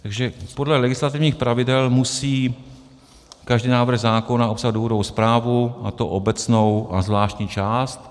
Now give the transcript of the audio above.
Takže podle legislativních pravidel musí každý návrh zákona obsahovat důvodovou zprávu, a to obecnou a zvláštní část.